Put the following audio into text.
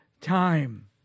time